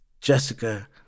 Jessica